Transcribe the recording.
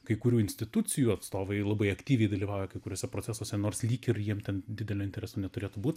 kai kurių institucijų atstovai labai aktyviai dalyvauja kai kuriuose procesuose nors lyg ir jiem ten didelio intereso neturėtų būt